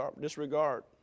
disregard